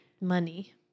money